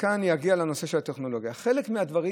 כאן אגיע לנושא הטכנולוגי: חלק מהדברים